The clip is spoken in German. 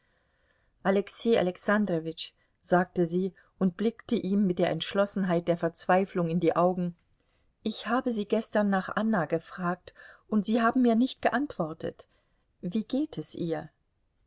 alexei alexandrowitsch sagte sie und blickte ihm mit der entschlossenheit der verzweiflung in die augen ich habe sie gestern nach anna gefragt und sie haben mir nicht geantwortet wie geht es ihr